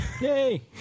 Yay